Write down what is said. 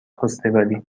خواستگاری